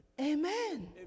Amen